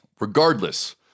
Regardless